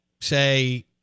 say